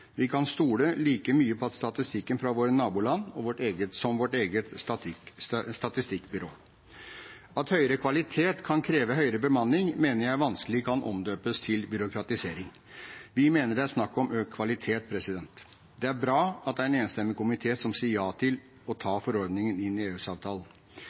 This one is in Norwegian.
Vi kan stole like mye på statistikken fra våre naboland som fra vårt eget statistikkbyrå. At høyere kvalitet kan kreve høyere bemanning, mener jeg vanskelig kan omdøpes til byråkratisering. Vi mener det er snakk om økt kvalitet. Det er bra at det er en enstemmig komité som sier ja til å ta